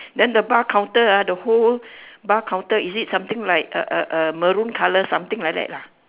then the bar counter ah the whole bar counter is it something like uh uh uh maroon colour something like that lah